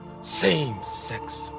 Same-sex